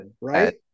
Right